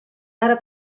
era